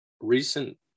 recent